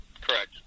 Correct